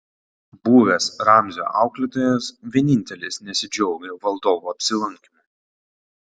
buvęs ramzio auklėtojas vienintelis nesidžiaugė valdovo apsilankymu